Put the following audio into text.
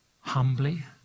humbly